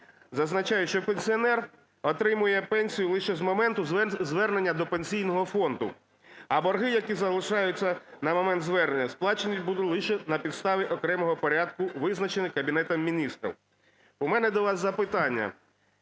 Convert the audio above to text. зазначають, що пенсіонер отримує пенсію лише з моменту звернення до Пенсійного фонду, а борги, які залишаються на момент звернення, сплачені будуть лише на підставі окремого порядку, визначеного Кабінетом Міністрів. У мене до вас запитання: